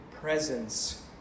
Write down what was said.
presence